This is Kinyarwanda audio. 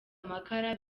amakara